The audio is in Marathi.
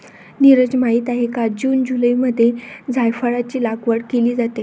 नीरज माहित आहे का जून जुलैमध्ये जायफळाची लागवड केली जाते